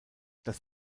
das